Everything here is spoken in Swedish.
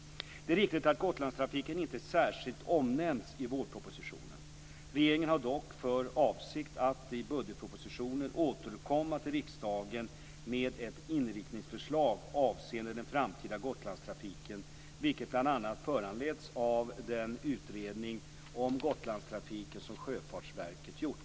Det är riktigt att Gotlandstrafiken inte särskilt omnämns i vårpropositionen. Regeringen har dock för avsikt att i budgetpropositionen återkomma till riksdagen med ett inriktningsförslag avseende den framtida Gotlandstrafiken, vilket bl.a. föranleds av den utredning om Gotlandstrafiken som Sjöfartsverket gjort.